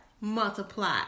multiply